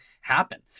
happen